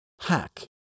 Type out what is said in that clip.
Hack